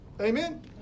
Amen